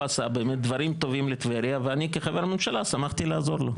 עשה באמת דברים לטבריה ואני כחבר ממשלה שמחתי לעזור לו.